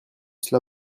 cela